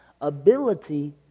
ability